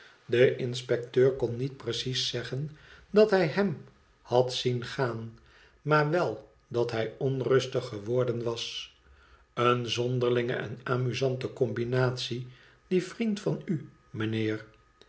de inspecteur kon niet precies zeggen dat hij hem had zien gaan maar wel dat hij onrustig geworden was bene zonderlinge en amusante combinatie die vriend van u mijnheer